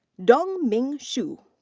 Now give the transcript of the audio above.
dongming she.